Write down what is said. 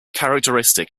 characteristic